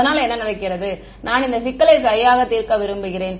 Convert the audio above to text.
அதனால் என்ன நடக்கிறது நான் இந்த சிக்கலை சரியாக தீர்க்க விரும்புகிறேன்